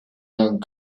young